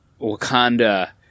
Wakanda